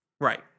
Right